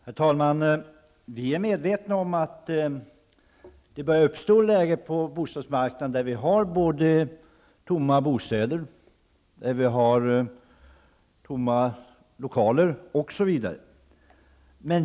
Herr talman! Jag är medveten om att det börjar uppstå ett läge på bostadsmarknaden där vi har tomma bostäder, tomma lokaler osv.